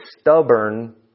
stubborn